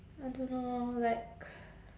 I don't know like